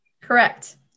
Correct